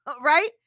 right